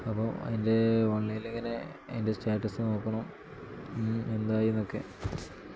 അപ്പോൾ അതിൻ്റെ ഓൺലൈനിലിങ്ങനെ അതിൻ്റെ സ്റ്റാറ്റസ് നോക്കണം എന്തായിന്ന് ഒക്കെ